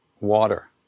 water